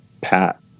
pat